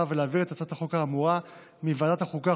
ולהעביר את הצעת החוק האמורה מוועדת החוקה,